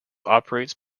operates